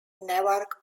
newark